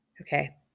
Okay